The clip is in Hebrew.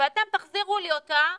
ואתם תחזירו לי אותה בנובמבר-דצמבר.